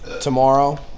tomorrow